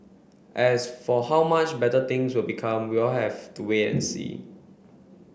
as for how much better things will become we'll have to wait and see